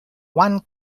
one